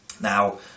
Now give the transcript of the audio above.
now